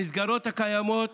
המסגרות הקיימות